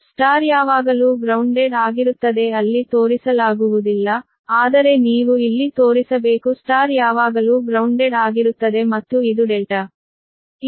Y ಯಾವಾಗಲೂ grounded ಆಗಿರುತ್ತದೆ ಅಲ್ಲಿ ತೋರಿಸಲಾಗುವುದಿಲ್ಲ ಆದರೆ ನೀವು ಇಲ್ಲಿ ತೋರಿಸಬೇಕು Y ಯಾವಾಗಲೂ ಗ್ರೌಂಡೆಡ್ ಆಗಿರುತ್ತದೆ ಮತ್ತು ಇದು ∆